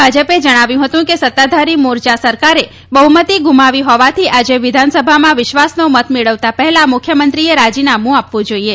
ભાજપે જણાવ્યું હતું કે સત્તાધારી મોર ચા સરકારે બહ્મતિ ગુમાવી હોવાથી આજે વિધાનસભામાં વિશ્વાસનો મત મેળવતા પહેલા મુખ્યમંત્રીએ રાજીનામું આપવું જાઈએ